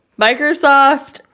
Microsoft